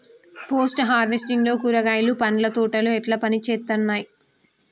Post harvesting లో కూరగాయలు పండ్ల తోటలు ఎట్లా పనిచేత్తనయ్?